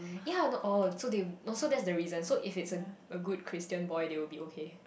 ya not all so they no so that's the reason so if it's a a good Christian boy they will be okay